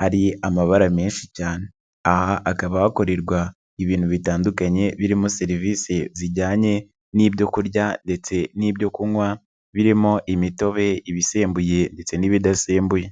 hari amabara menshi cyane, aha hakaba hakorerwa ibintu bitandukanye birimo serivisi zijyanye n'ibyo kurya ndetse n'ibyo kunywa birimo imitobe, ibisembuye ndetse n'ibidasembuye.